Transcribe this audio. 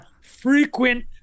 frequent